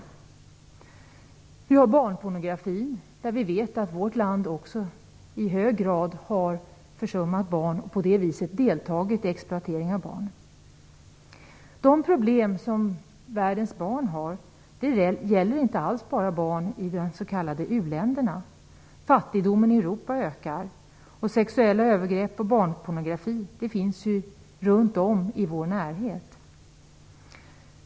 Sedan har vi barnpornografin. Vi vet att vårt land också i hög grad har försummat barn och på det viset deltagit i exploatering av barn. De problem som världens barn har gäller inte alls bara barn i de s.k. u-länderna. Fattigdomen i Europa ökar och sexuella övergrepp och barnpornografi finns runt om i vår närhet.